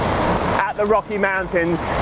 at the rocky mountains,